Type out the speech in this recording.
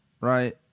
right